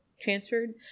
transferred